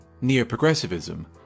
neo-progressivism